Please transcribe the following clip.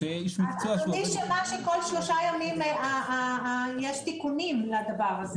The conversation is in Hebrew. אדוני שמע שכל שלושה ימים יש תיקונים לדבר הזה.